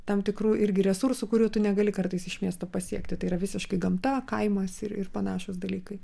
tam tikrų irgi resursų kurių tu negali kartais iš miesto pasiekti tai yra visiškai gamta kaimas ir ir panašūs dalykai